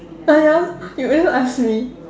ah ya you never ask me